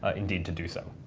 ah indeed to do so.